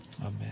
Amen